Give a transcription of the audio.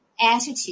attitude